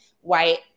white